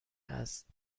است